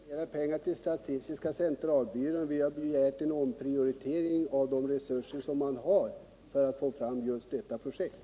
Herr talman! Vi har inte begärt mer pengar till statistiska centralbyrån utan en omprioritering av de resurser man har — för att få fram just detta projekt.